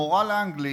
מורה לאנגלית,